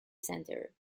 centre